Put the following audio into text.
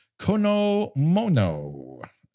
Konomono